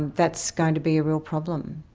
that's going to be a real problem.